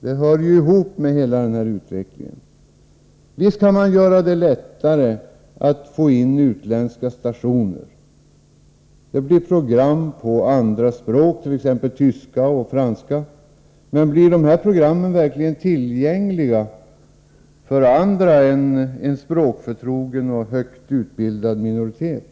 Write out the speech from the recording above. Det hör ju ihop med hela den här utveckungen. Visst kan man göra det lättare att få in utländska stationer. Det blir program på andra språk, t.ex. tyska och franska. Men blir dessa program verkligen tillgängliga för andra än en språkförtrogen, högt utbildad minoritet?